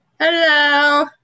Hello